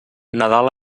nadal